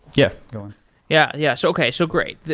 yeah go on yeah, yeah so okay. so great,